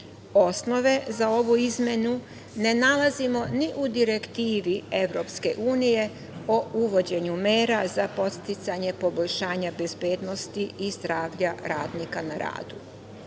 radu? Osnove za ovu izmenu ne nalazimo ni u Direktivi Evropske unije o uvođenju mera za podsticanje poboljšanja bezbednosti i zdravlja radnika na